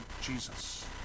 Jesus